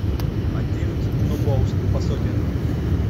atimt nubaust pasodint